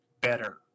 better